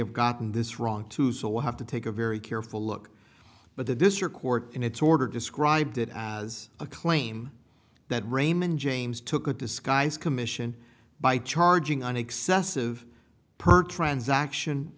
have gotten this wrong too so we have to take a very careful look but that this or court in its order described it as a claim that raymond james took a disguise commission by charging an excessive per transaction